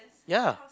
yeah